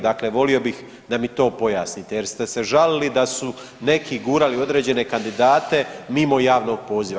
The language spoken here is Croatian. Dakle, volio bih da mi to pojasnite jer ste se žalili da su neki gurali određene kandidate mimo javnog poziva.